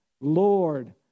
Lord